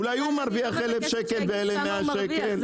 שאני הולך לקנות; אולי הוא מרוויח 1,000 ₪ ואלה מרוויחים 100 ₪?